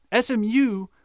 SMU